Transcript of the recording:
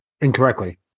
Incorrectly